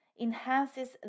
enhances